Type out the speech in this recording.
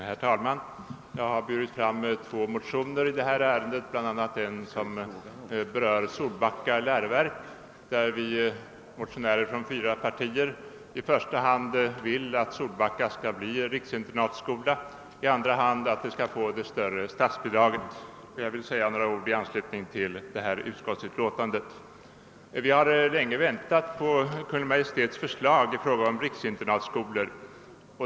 Herr talman! Jag har väckt två motioner i detta ärende, bl.a. en som berör Solbacka läroverk. Där har vi motionärer från fyra partier i första hand yrkat att Solbacka skall bli en riksinternatskola, i andra hand att skolan skall få det större statsbidraget. Jag vill säga några ord i anslutning till detta utskottsutlåtande. Vi har länge väntat på Kungl. Maj:ts förslag i fråga om riksinternatskolor.